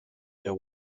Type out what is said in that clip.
der